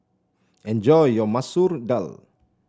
enjoy your Masoor Dal